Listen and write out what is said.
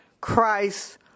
Christ